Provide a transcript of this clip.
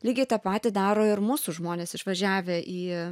lygiai tą patį daro ir mūsų žmonės išvažiavę į